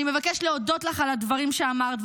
אני מבקש להודות לך על הדברים שאמרת,